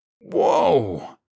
Whoa